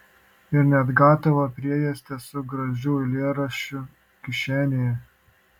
ir net gatavą priejuostę su gražiu eilėraščiu kišenėje